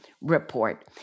report